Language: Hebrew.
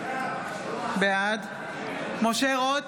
בעד משה רוט,